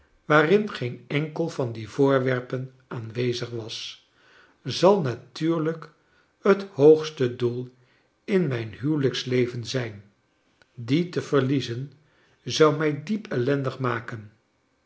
waarin geen eiikel van die voorwerpen aanwezig was zal natuurlijk het hoogste doei in mijn huwelijksleven zijn die te verliezen zou mij diep ellendig maken